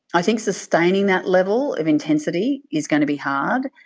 i think sustaining that level of intensity is going to be hard.